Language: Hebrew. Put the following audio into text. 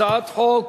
הצעת חוק